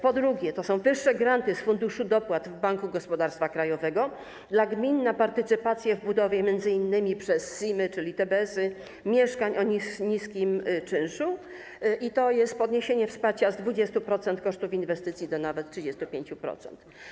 Po drugie, to są wyższe granty z Funduszu Dopłat w Banku Gospodarstwa Krajowego dla gmin na partycypację w budowie m.in. przez SIM-y, czyli TBS-y, mieszkań o niskim czynszu - i to jest podniesienie wsparcia z 20% kosztów inwestycji do nawet 35%.